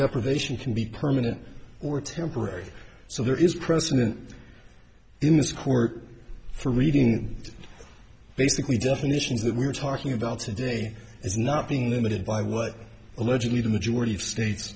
deprivation can be permanent or temporary so there is precedent in this court for reading basically definitions that we're talking about today is not being limited by what allegedly the majority of states